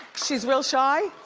she's real shy.